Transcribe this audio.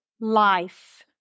life